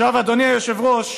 אדוני היושב-ראש,